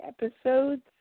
episodes